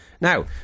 Now